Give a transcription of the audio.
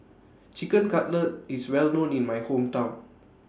Chicken Cutlet IS Well known in My Hometown